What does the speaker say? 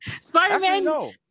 Spider-Man